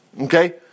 Okay